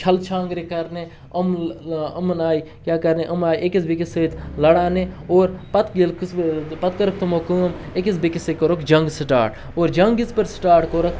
چھَلہٕ چھانٛگرِ کَرنہِ یِم یِمَن آے کیٛاہ کَرنہِ یِم آے أکِس بیٚیہِ کِس سۭتۍ لَڑاونہِ اور پَتہٕ ییٚلہِ کہِ پَتہٕ کٔرٕکھ تمو کٲم أکِس بیٚیہِ کِس سۭتۍ کوٚرُکھ جنٛگ سٹاٹ اور جنٛگ یِژ پھِر سٹاٹ کوٚرُکھ